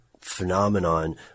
phenomenon